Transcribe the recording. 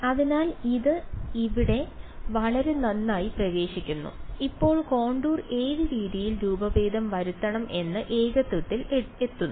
അതിനാൽ അത് ഇവിടെ വളരെ നന്നായി പ്രവേശിക്കുന്നു ഇപ്പോൾ കോണ്ടൂർ ഏത് രീതിയിൽ രൂപഭേദം വരുത്തണം എന്ന ഏകത്വത്തിൽ എത്തുന്നു